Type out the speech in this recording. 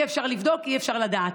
אי-אפשר לבדוק, אי-אפשר לדעת.